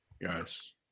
Yes